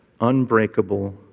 unbreakable